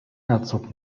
herzog